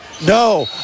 no